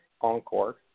Encore